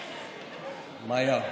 מיה,